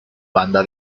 banda